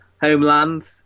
Homeland